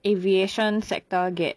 aviation sector get